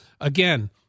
again